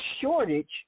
shortage